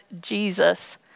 Jesus